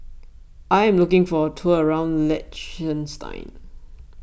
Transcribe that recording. I am looking for a tour around Liechtenstein